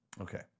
Okay